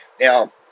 Now